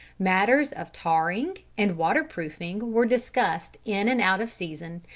matters of tarring and water-proofing were discussed in and out of season,